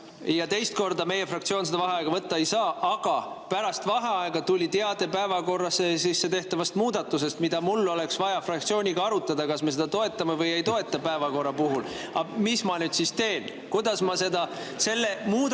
ja teist korda meie fraktsioon seda vaheaega võtta ei saa. Aga pärast vaheaega tuli teade päevakorda tehtavast muudatusest, mida mul oleks vaja fraktsiooniga arutada, kas me seda toetame või ei toeta päevakorra puhul. Mis ma nüüd siis teen? Kuidas ma seda …? Selle muudatuse